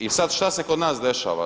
I sada šta se kod nas dešava?